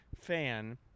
fan